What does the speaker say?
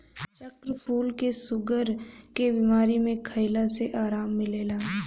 चक्रफूल के शुगर के बीमारी में खइला से आराम मिलेला